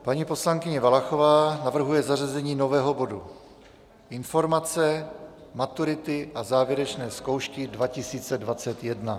Paní poslankyně Valachová navrhuje zařazení nového bodu Informace maturity a závěrečné zkoušky 2021.